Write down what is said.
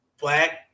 black